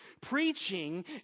Preaching